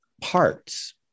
parts